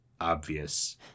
obvious